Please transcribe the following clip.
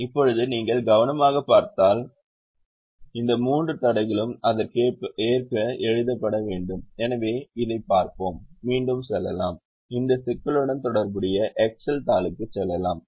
இப்போது நீங்கள் கவனமாகப் பார்த்தால் இப்போது இந்த மூன்று தடைகளும் அதற்கேற்ப எழுதப்பட வேண்டும் எனவே இதைப் பார்ப்போம் மீண்டும் செல்லலாம் இந்த சிக்கலுடன் தொடர்புடைய எக்செல் தாளுக்கு செல்லலாம்